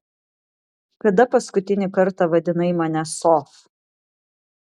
kada paskutinį kartą vadinai mane sof